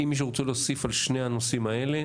אם מישהו רוצה להוסיף על שני הנושאים האלה,